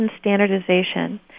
standardization